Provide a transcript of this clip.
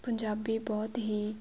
ਪੰਜਾਬੀ ਬਹੁਤ ਹੀ